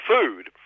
food